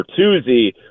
Bertuzzi